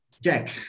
Jack